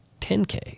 10K